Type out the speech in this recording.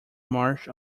marsh